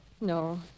No